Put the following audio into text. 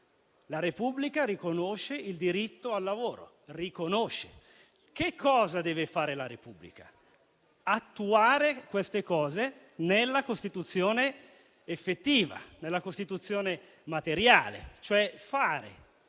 la Repubblica riconosce il diritto al lavoro. Cosa deve fare la Repubblica? Deve attuare queste cose nella Costituzione effettiva, nella Costituzione materiale, cioè